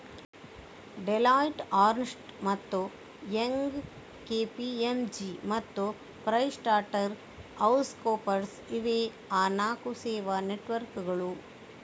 Deloitte, Ernst ಮತ್ತು Young, KPMG ಮತ್ತು PricewaterhouseCoopers ಇವೇ ಆ ನಾಲ್ಕು ಸೇವಾ ನೆಟ್ವರ್ಕ್ಕುಗಳು